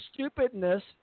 stupidness